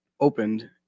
opened